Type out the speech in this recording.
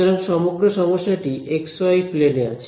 সুতরাং সমগ্র সমস্যাটি x y প্লেনে আছে